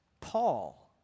Paul